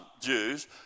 Jews